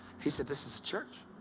he said, this is church.